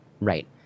Right